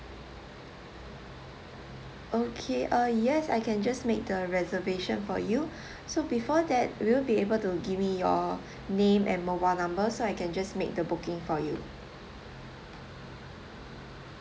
okay ah yes I can just made the reservation for you so before that we you be able to give me your name and mobile number so I can just make the booking for you